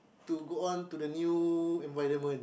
to go on to the new environment